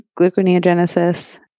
gluconeogenesis